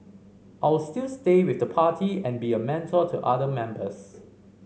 I'll still stay with the party and be a mentor to other members